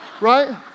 Right